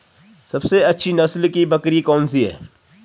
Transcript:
सबसे अच्छी नस्ल की बकरी कौन सी है?